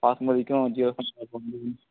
பாஸ்மதிக்கும் சீரக சம்பாவுக்கும் வந்து